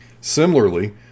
similarly